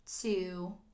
two